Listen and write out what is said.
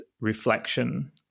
reflection